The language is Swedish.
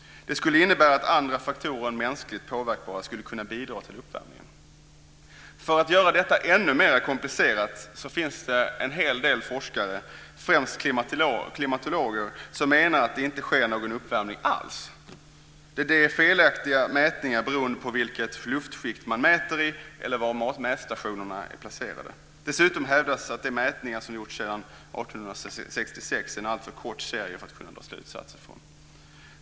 Det skulle innebära att andra faktorer än de mänskligt påverkbara skulle kunna bidra till uppvärmningen. För att göra detta ännu mer komplicerat vill jag påpeka att det finns en hel del forskare, främst klimatologer, som menar att det inte sker någon uppvärmning alls. De menar att mätningarna är felaktiga beroende på att man har mätt i fel luftskikt eller på att mätstationerna är felplacerade. Dessutom hävdas att de mätningar som har gjorts sedan 1866 är en alltför kort serie för att kunna dra slutsatser av.